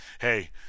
hey